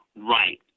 Right